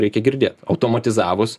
reikia girdėt automatizavus